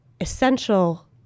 essential